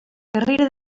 carrera